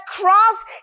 cross